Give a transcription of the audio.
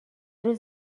روز